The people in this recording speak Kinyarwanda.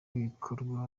bikorwa